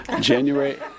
January